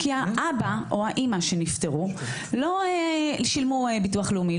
כי האבא או האימא שנפטרו לא שילמו ביטוח לאומי,